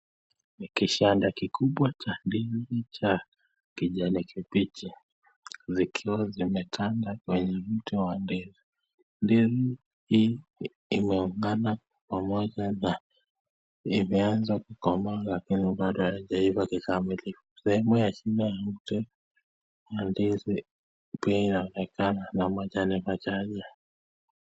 Ni kishada kikubwa cha ndizi cha kijani kibichi zikiwa zimetanda kwenye mti wa ndizi. Ndizi hii imeungana pamoja na imeanza kukomaa lakini bado haijaiva kikamilifu .Sehemu ya shina ya mti kuna ndizi pia inaonekana na majani machache.